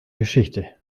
geschichte